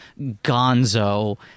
gonzo